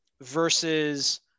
versus